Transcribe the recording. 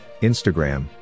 Instagram